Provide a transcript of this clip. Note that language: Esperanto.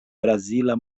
brazila